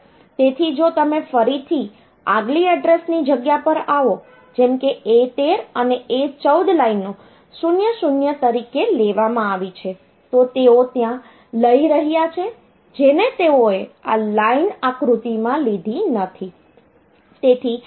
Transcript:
તેથી જો તમે ફરીથી આગલી એડ્રેસની જગ્યા પર આવો જેમ કે A13 અને A14 લાઈનો 00 તરીકે લેવામાં આવી છે તો તેઓ ત્યાં લઈ રહ્યા છે જેને તેઓએ આ લાઈન આકૃતિમાં લીધી નથી